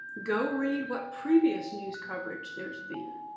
go read what previous news coverage there's been.